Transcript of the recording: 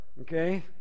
okay